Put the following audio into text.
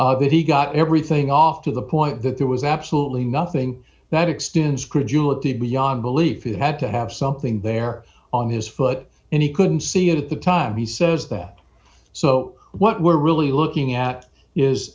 building that he got everything off to the point that there was absolutely nothing that extends credulity beyond belief you had to have something there on his foot and he couldn't see it at the time he says that so what we're really looking at is